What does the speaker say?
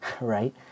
right